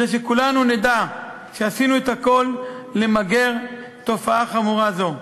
כדי שכולנו נדע שעשינו את הכול למגר תופעה חמורה זו.